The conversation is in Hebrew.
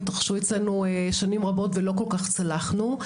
התרחשו אצלנו שנים רבות ולא כל כך צלחנו,